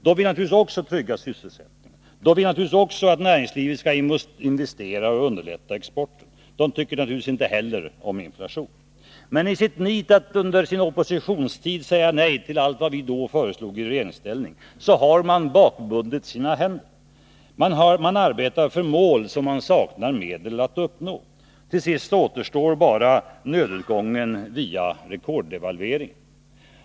Också de vill trygga sysselsättningen. Också de vill att näringslivet skall investera, och också de vill exportera. Inte heller de tycker naturligtvis om inflationen. Men i sitt nit att under oppositionstiden säga nej till allt vad vi föreslog i regeringsställning har de bakbundit sina händer. De arbetar för mål som de saknar medel för att uppnå. Till sist återstod bara nödutgången via rekorddevalveringen.